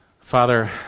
Father